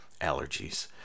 allergies